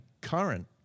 current